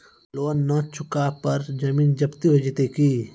Loan न चुका पर जमीन जब्ती हो जैत की?